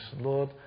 Lord